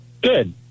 Good